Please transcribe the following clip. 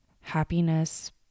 happiness